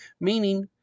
Meaning